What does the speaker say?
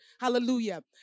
Hallelujah